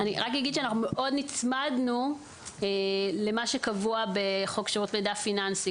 אנחנו מאוד נצמדנו למה שקבוע בחוק שירות מידע פיננסי.